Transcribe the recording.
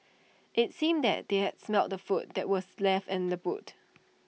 IT seemed that they had smelt the food that was left in the boot